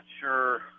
sure